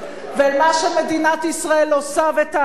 ומה שמדינת ישראל עושה ותעשה,